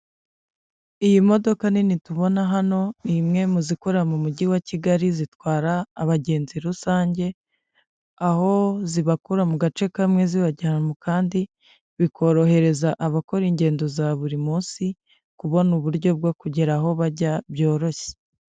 Iyi modoka nini tubona hano ni imwe mu zikorera mu mujyi wa Kigali zitwara abagenzi rusange, aho zibakura mu gace kamwe zibajyana mu kandi, bikorohereza abakora ingendo za buri munsi kubona uburyo bwo kugera aho bajya byoroshye.